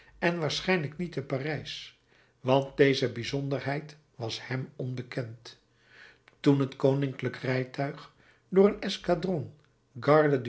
en waarschijnlijk niet te parijs want deze bijzonderheid was hem onbekend toen het koninklijk rijtuig door een